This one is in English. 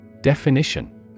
Definition